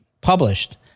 published